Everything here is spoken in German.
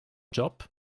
job